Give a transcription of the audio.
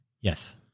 Yes